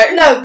no